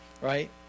right